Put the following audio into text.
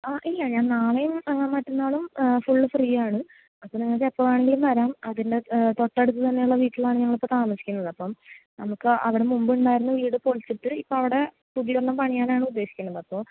ആ ഇല്ല ഞാൻ നാളെയും മറ്റന്നാളും ഫുൾ ഫ്രീ ആണ് അപ്പോൾ നിങ്ങൾക്കെപ്പോൾ വേണമെങ്കിലും വരാം അതിൻ്റെ തൊട്ടടുത്ത് തന്നെയുള്ള വീട്ടിലാണ് ഞങ്ങളിപ്പോൾ താമസിക്കുന്നത് അപ്പം നമുക്ക് അവിടെ മുമ്പ് ഉണ്ടായിരുന്ന വീട് പൊളിച്ചിട്ട് ഇപ്പോൾ അവിടെ പുതിയൊരെണ്ണം പണിയാനാണ് ഉദ്ദേശിക്കുന്നത് അപ്പൊ